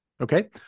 Okay